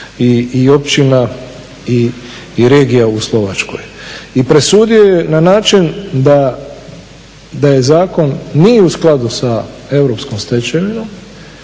i općina i regija u Slovačkoj. I presudio je na način da je zakon nije u skladu sa europskom stečevinom